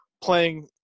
playing